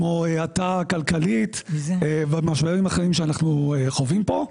כמו האטה כלכלית ונושאים אחרים שאנחנו חווים פה.